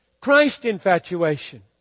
Christ-infatuation